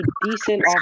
decent